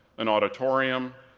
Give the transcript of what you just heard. an auditorium,